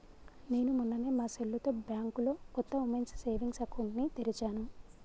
నేను మొన్ననే మా సెల్లుతో బ్యాంకులో కొత్త ఉమెన్స్ సేవింగ్స్ అకౌంట్ ని తెరిచాను